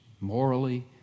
morally